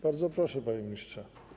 Bardzo proszę, panie ministrze.